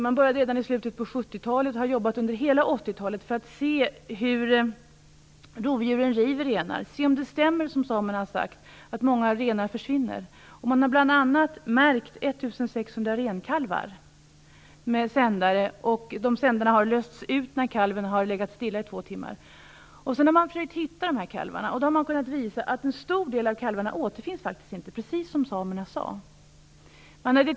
Man började redan i slutet av 70-talet och har jobbat under hela 80-talet med att ta reda på hur rovdjuren river renar. Man har velat se om det som samerna har sagt stämmer, nämligen att många renar försvinner. Man har bl.a. märkt 1 600 renkalvar med sändare, vilka har utlösts när kalven har legat stilla i två timmar, och sedan har man försökt hitta de här kalvarna. Man har då kunnat påvisa att en stor del av kalvarna faktiskt inte återfinns - precis som samerna sade.